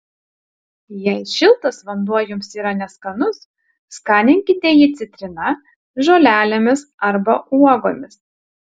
jei šiltas vanduo jums yra neskanus skaninkite jį citrina žolelėmis arba uogomis